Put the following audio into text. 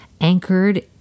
anchored